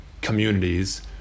communities